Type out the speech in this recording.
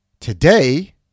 Today